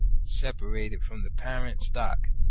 separated from the parent stock,